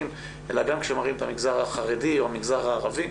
אלא גם כשמראים את המגזר החרדי או הערבי,